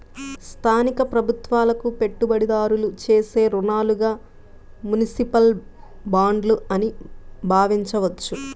స్థానిక ప్రభుత్వాలకు పెట్టుబడిదారులు చేసే రుణాలుగా మునిసిపల్ బాండ్లు అని భావించవచ్చు